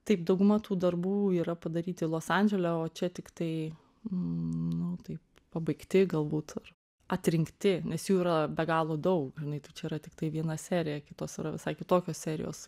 taip dauguma tų darbų yra padaryti los andžele o čia tiktai nu tai pabaigti galbūt ar atrinkti nes jų yra be galo daug žinai tai čia yra tiktai viena serija kitos yra visai kitokios serijos